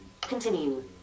Continue